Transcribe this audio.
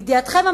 לידיעתכם,